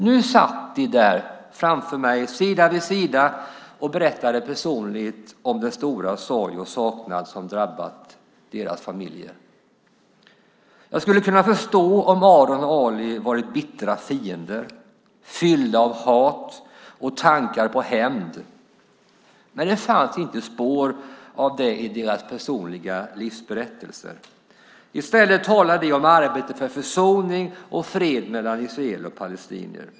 Nu satt de där, framför mig, sida vid sida och berättade personligt om den stora sorg och saknad som drabbat deras familjer. Jag skulle kunna förstå om Aaron och Ali hade varit bittra fiender, fyllda av hat och tankar på hämnd, men det fanns inte spår av det i deras personliga livsberättelser. I stället talade de om arbetet för försoning och fred mellan israeler och palestinier.